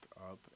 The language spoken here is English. up